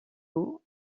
ont